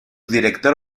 director